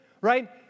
right